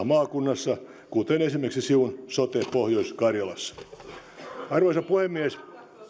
maakunnassa kuten esimerkiksi siun sote pohjois karjalassa arvoisa puhemies